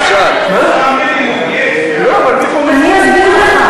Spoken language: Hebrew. אפשר, אפשר.